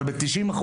אבל ב-90%,